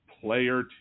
player